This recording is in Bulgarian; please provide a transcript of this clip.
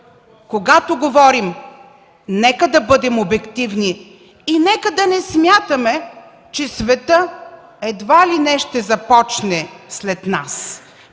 когато говорим, нека да бъдем обективни и нека да не смятаме, че светът едва ли не ще започне след нас.